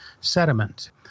sediment